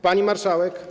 Pani Marszałek!